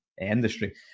industry